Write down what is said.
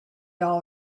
all